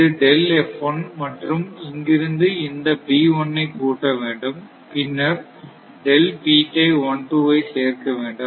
இது மற்றும் இங்கிருந்து இந்த ஐ கூட்ட வேண்டும் பின்னர் ஐ சேர்க்க வேண்டும்